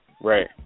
Right